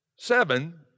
Seven